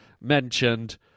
mentioned